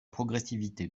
progressivité